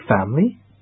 family